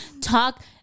talk